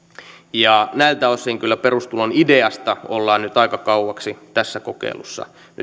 näiltä osin kyllä perustulon ideasta ollaan nyt aika kauaksi tässä kokeilussa